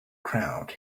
crowd